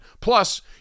plus